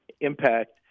impact